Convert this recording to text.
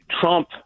Trump